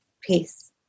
Peace